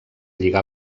lligar